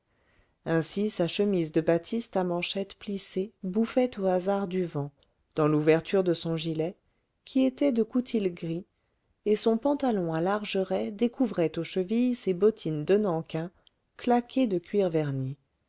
ainsi sa chemise de batiste à manchettes plissées bouffait au hasard du vent dans l'ouverture de son gilet qui était de coutil gris et son pantalon à larges raies découvrait aux chevilles ses bottines de nankin claquées de cuir verni